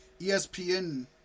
ESPN